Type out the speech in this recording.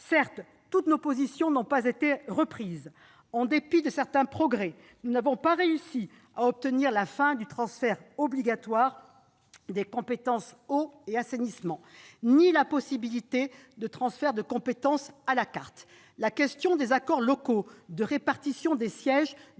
Certes, toutes nos positions n'ont pas été reprises. En dépit de certains progrès, nous n'avons réussi à obtenir ni la fin du transfert obligatoire des compétences « eau » et « assainissement », ni la possibilité de transférer des compétences « à la carte ». La question des accords locaux de répartition des sièges